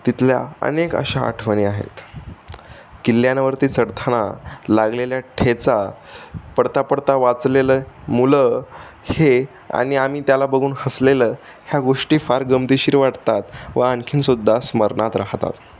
तिथल्या अनेक अशा आठवणी आहेत किल्ल्यावरती चढताना लागलेल्या ठेचा पडता पडता वाचलेलं मुलं हे आणि आम्ही त्याला बघून हसलेलं ह्या गोष्टी फार गमतीशीर वाटतात व आणखी सुद्धा स्मरणात राहतात